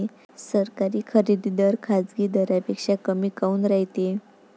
सरकारी खरेदी दर खाजगी दरापेक्षा कमी काऊन रायते?